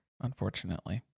unfortunately